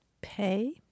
Pay